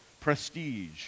prestige